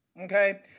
okay